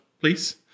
please